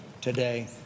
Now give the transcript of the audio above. today